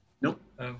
Nope